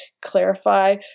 clarify